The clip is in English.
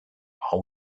are